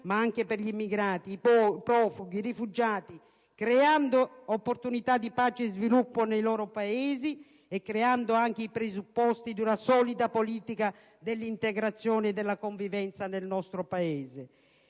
ma anche per gli immigrati, i profughi, i rifugiati, creando opportunità di pace e sviluppo nei loro Paesi e creando anche i presupposti di una solida politica dell'integrazione e della convivenza nel nostro Paese.